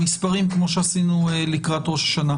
אני לא חושב שמישהו יוכל למדוד את השעות האלה.